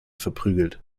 verprügelt